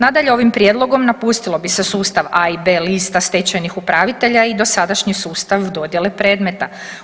Nadalje ovim prijedlogom napustilo bi se sustav A i B lista stečajnih upravitelja i dosadašnji sustav dodjele predmeta.